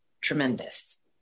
tremendous